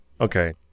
okay